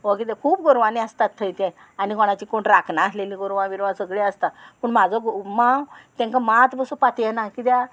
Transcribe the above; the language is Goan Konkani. हो कितें खूब गोरवांनी आसतात थंय तें आनी कोणाची कोण राखना आसलेलीं गोरवां विरवां सगळीं आसता पूण म्हाजो गोव मांव तांकां मात पासूं पातयना कित्याक